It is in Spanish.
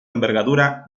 envergadura